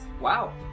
Wow